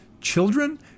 children